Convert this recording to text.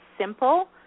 simple